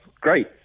great